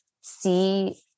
see